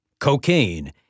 cocaine